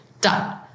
done